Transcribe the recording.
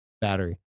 battery